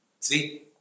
See